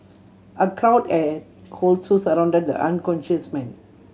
a crowd also surrounded the unconscious man